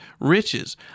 riches